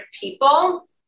people